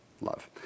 love